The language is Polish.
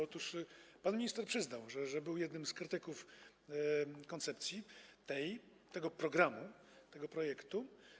Otóż pan minister przyznał, że był jednym z krytyków koncepcji tego programu, tego projektu.